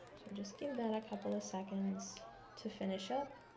so just give that a couple of seconds to finish up.